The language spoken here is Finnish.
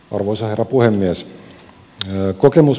arvoisa herra puhemies